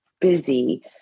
busy